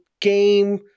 game